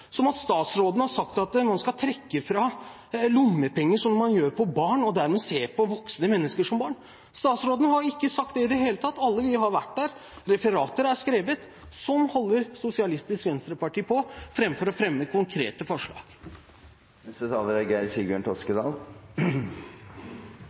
som at statsråden har sagt at man skal trekkes for lommepenger, som man gjør for barn, og dermed se på voksne mennesker som barn. Statsråden har ikke sagt det i det hele tatt. Alle vi har vært her, referater er skrevet. Sånn holder Sosialistisk Venstreparti på framfor å fremme konkrete forslag.